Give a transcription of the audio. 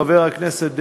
חבר הכנסת דרעי,